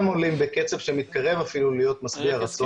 עולים בקצב שמתקרב אפילו להיות משביע רצון.